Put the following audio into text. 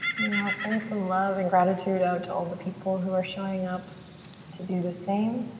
now send some love and gratitude out to all the people who are showing up to do the same.